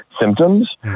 symptoms